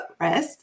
footrest